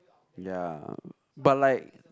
ya but like